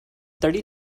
thirty